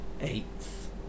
Eighth